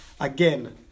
again